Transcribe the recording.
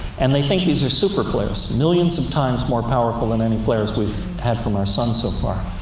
and they think these are super-flares, millions of times more powerful than any flares we've had from our sun so far.